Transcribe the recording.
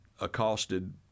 accosted